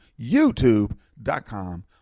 YouTube.com